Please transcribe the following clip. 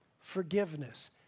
forgiveness